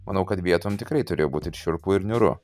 manau kad vietom tikrai turėjo būti ir šiurpu ir niūru